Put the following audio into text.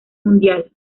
mundial